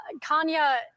Kanya